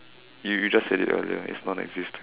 you you just said it earlier it's nonexistent